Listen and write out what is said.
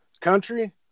country